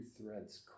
Threads